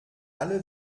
alle